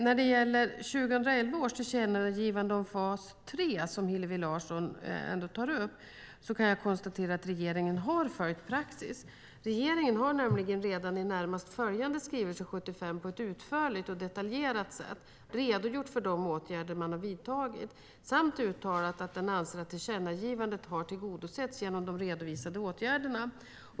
När det gäller 2011 års tillkännagivande om fas 3, som Hillevi Larsson tar upp, kan jag konstatera att regeringen har följt praxis. Regeringen har nämligen redan i närmast följande skrivelse nr 75 på ett utförligt och detaljerat sätt redogjort för de åtgärder man har vidtagit samt uttalat att man anser att tillkännagivandet har tillgodosetts genom de redovisade åtgärderna.